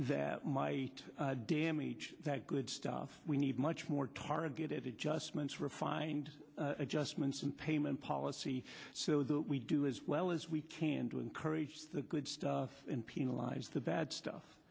my damage that good stuff we need much more targeted adjustments refined adjustments and payment policy so that we do as well as we can to encourage the good stuff in penalise the bad stuff